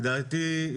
לדעתי,